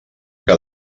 que